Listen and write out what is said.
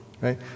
right